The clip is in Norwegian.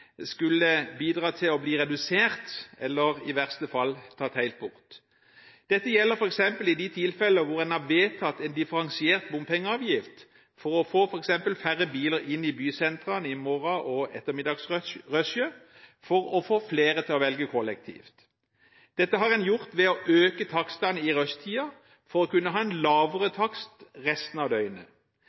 skulle bli redusert, eller i verste fall tatt helt bort. Dette gjelder f.eks. i de tilfeller hvor en har vedtatt en differensiert bompengeavgift for å få færre biler inn i bysentrene i morgen- og ettermiddagsrushet for å få flere til å velge kollektivt. Dette har en gjort ved å øke takstene i rushtiden for å kunne ha en lavere takst resten av